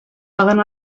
paguen